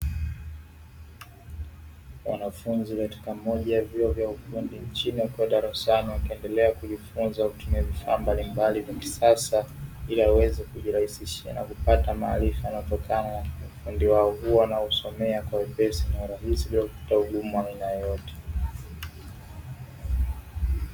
Wanafunzi katika moja ya vyuo vya ufundi nchini wakiwa darasani wakiendelea kujifunza kupitia vifaa mbalimbali vya kisasa, ili waweze kujirahisishia na kupata maarifa yanayotokana na ufundi wao huo, wanaousomea kwa wepesi na urahisi bila kupata ugumu wa aina yoyote.